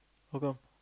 how come